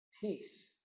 peace